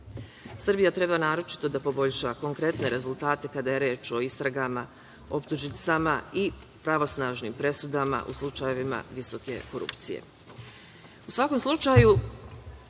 treba naročito da poboljša konkretne rezultate kada je reč o istragama, optužnicama i pravosnažnim presudama u slučajevima visoke korupcije.U